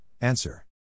answer